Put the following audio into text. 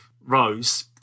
Rose